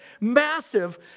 massive